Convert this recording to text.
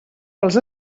pels